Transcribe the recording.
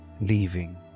leaving